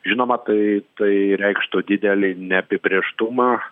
žinoma tai tai reikštų didelį neapibrėžtumą